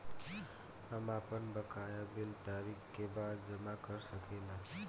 हम आपन बकाया बिल तारीख क बाद जमा कर सकेला?